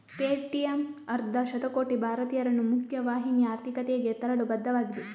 Paytm ಅರ್ಧ ಶತಕೋಟಿ ಭಾರತೀಯರನ್ನು ಮುಖ್ಯ ವಾಹಿನಿಯ ಆರ್ಥಿಕತೆಗೆ ತರಲು ಬದ್ಧವಾಗಿದೆ